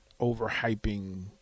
overhyping